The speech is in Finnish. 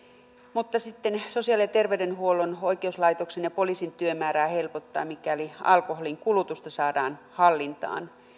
mutta sitten sosiaali ja terveydenhuollon oikeuslaitoksen ja poliisin työmäärää helpottaa mikäli alkoholinkulutusta saadaan hallintaan